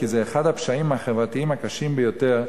כי זה אחד הפשעים החברתיים הקשים ביותר,